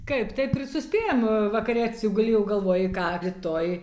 kaip taip ir suspėjam vakare atsiguli jau galvoji ką rytoj